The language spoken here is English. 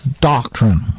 doctrine